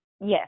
yes